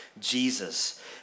Jesus